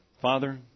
Father